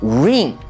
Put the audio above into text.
ring